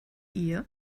ihr